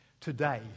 Today